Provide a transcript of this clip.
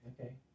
Okay